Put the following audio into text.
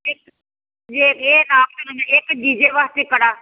ਜੀਜੇ ਵਾਸਤੇ ਕੜਾ